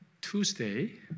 Tuesday